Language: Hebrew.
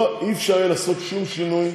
לא יהיה אפשר לעשות שום שינוי,